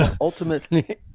Ultimately